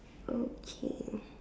okay